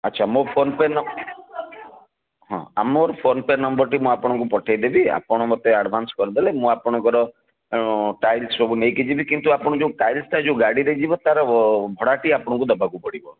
ଆଚ୍ଛା ମୋ PhonePe ନ ହଁ ମୋର ଫୋନ୍ ପେ ନମ୍ବର୍ଟି ମୁଁ ଆପଣଙ୍କୁ ପଠାଇଦେବି ଆପଣ ମୋତେ ଆଡ଼ଭାନ୍ସ କରିଦେଲେ ମୁଁ ଆପଣଙ୍କର ଟାଇଲ୍ ସବୁ ନେଇକି ଯିବି କିନ୍ତୁ ଆପଣ ଯେଉଁ ଟାଇଲ୍ସ୍ଟା ଯେଉଁ ଗାଡ଼ିରେ ଯିବ ତା'ର ଭଡ଼ାଟି ଆପଣଙ୍କୁ ଦେବାକୁ ପଡ଼ିବ